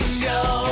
show